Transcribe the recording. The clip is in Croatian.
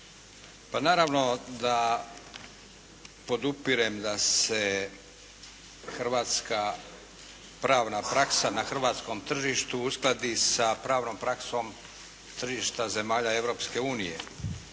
naravno da podupirem da se hrvatska pravna praksa na hrvatskom tržištu uskladi sa pravnom praksom tržišta zemalja